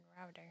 router